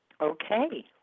okay